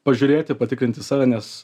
pažiūrėti patikrinti save nes